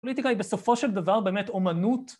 פוליטיקה היא בסופו של דבר באמת אומנות.